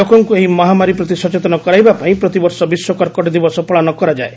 ଲୋକଙ୍ଙୁ ଏହି ମହାମାରୀ ପ୍ରତି ସଚେତନ କରାଇବା ପାଇଁ ପ୍ରତିବର୍ଷ ବିଶ୍ୱ କର୍କଟ ଦିବସ ପାଳନ କରାଯାଏ